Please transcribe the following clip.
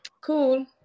cool